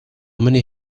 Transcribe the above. many